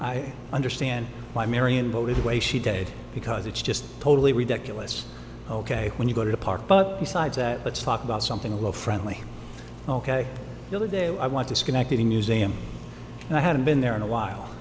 i understand why marion voted the way she did because it's just totally ridiculous ok when you go to the park but besides that let's talk about something a little friendly ok the other day i want to schenectady new zealand and i hadn't been there in a while